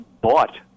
bought